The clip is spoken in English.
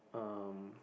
um